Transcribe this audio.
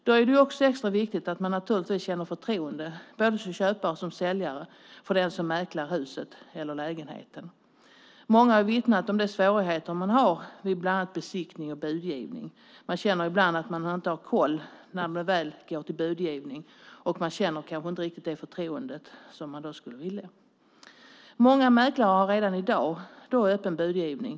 Då är det extra viktigt att man både som köpare och som säljare känner förtroende för den som mäklar huset eller lägenheten. Många har vittnat om de svårigheter de har vid bland annat besiktning och budgivning. De känner ibland att de inte har koll när det väl går till budgivning, och de känner inte det förtroende de skulle vilja. Många mäklare har redan i dag öppen budgivning.